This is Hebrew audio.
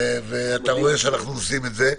אתה רואה שאנחנו עושים את זה.